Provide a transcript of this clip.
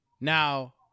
Now